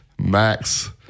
Max